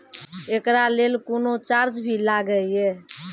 एकरा लेल कुनो चार्ज भी लागैये?